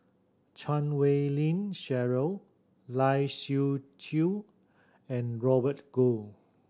Chan Wei Ling Cheryl Lai Siu Chiu and Robert Goh